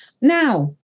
Now